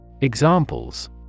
Examples